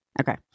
okay